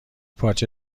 پارچه